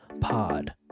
pod